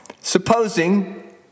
supposing